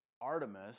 Artemis